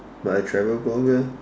but a travel blogger